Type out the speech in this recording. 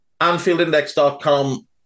Anfieldindex.com